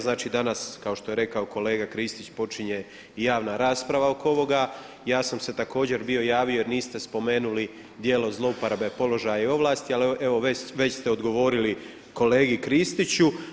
Znači danas kao što je rekao kolega Kristić počinje javna rasprava oko ovoga, ja sam se također bio javio jer niste spomenuli djelo zlouporabe položaja i ovlasti ali evo već ste odgovorili kolegi Kristiću.